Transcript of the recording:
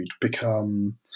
become